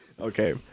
okay